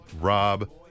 Rob